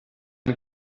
ein